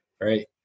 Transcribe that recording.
right